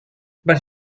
but